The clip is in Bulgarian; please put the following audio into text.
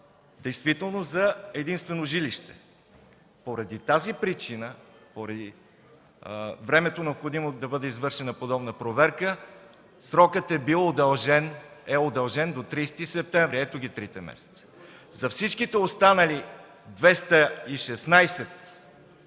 действително за единствено жилище. Поради тази причина, поради времето, необходимо да бъде извършена подобна проверка, срокът е удължен до 30 септември. Ето ги трите месеца! За всичките останали 216 броя